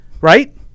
Right